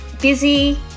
busy